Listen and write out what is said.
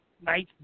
nice